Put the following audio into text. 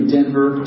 Denver